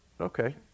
Okay